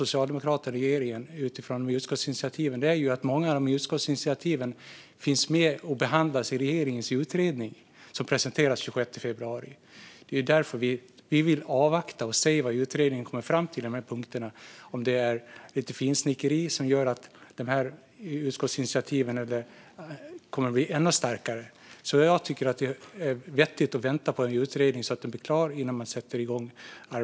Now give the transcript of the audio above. Socialdemokraterna och regeringen hanterar frågan i fråga om utskottsinitiativen så att de behandlas i regeringens utredning, som ska presenteras den 26 februari. Vi vill avvakta och se vad utredningen kommer fram till, om det är fråga om lite finsnickeri för att utskottsinitiativen ska bli ännu starkare. Jag tycker att det är vettigt att vänta på att utredningen blir klar innan arbetet sätts igång.